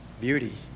beauty